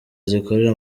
zikorera